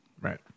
Right